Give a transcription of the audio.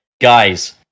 guys